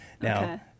Now